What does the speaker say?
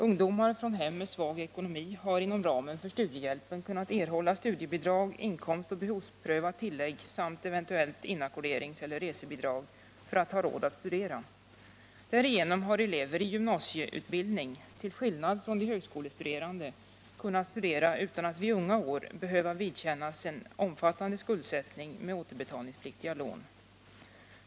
Ungdomar från hem med svag ekonomi har inom ramen för studiehjälpen kunnat erhålla studiebidrag och behovsprövade tillägg samt eventuellt inackorderingseller resebidrag för att ha råd att studera. Därigenom har elever i gymnasieutbildning, till skillnad från de högskolestuderande, kunnat studera utan att i unga år behöva vidkännas en omfattande skuldsättning med återbetalningspliktiga lån.